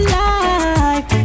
life